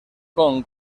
con